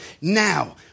now